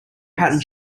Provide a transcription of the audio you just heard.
patterned